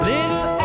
Little